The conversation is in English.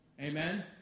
Amen